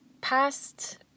past